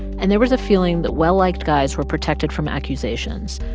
and there was a feeling that well-liked guys were protected from accusations.